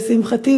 לשמחתי,